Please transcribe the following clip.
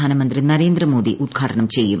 പ്രധാന മന്ത്രി നരേന്ദ്രമോദി ഉദ്ഘാടനം ചെയ്യും